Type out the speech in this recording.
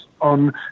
on